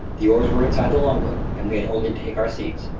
the oars were inside the longboat and we had only to take our seats.